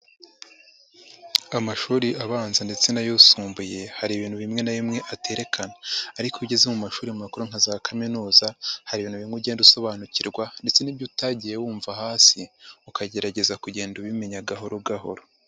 Amashuri abanza ndetse n'ayisumbuye hari ibintu bimwe na bimwe aterekana ariko iyo ugeze mu mashuri makuru nka za kaminuza hari ibintu bimwe ugenda usobanukirwa ndetse n'ibyo utagiye wumva hasi ukagerageza kugenda ubimenya gahoro gahoro.